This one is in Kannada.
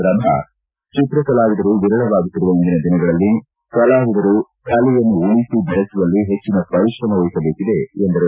ಪ್ರಭಾ ಚಿತ್ರಕಲಾವಿದರು ವಿರಳವಾಗುತ್ತಿರುವ ಇಂದಿನ ದಿನಗಳಲ್ಲಿ ಕಲಾವಿದರು ಕಲೆಯನ್ನು ಉಳಿಸಿ ಬೆಳೆಸುವಲ್ಲಿ ಹೆಚ್ಚಿನ ಪರಿಶ್ರಮ ವಹಿಸಬೇಕಿದೆ ಎಂದರು